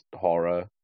horror